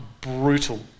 brutal